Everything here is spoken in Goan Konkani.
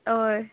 अय